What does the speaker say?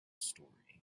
story